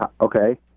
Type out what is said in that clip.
Okay